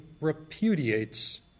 repudiates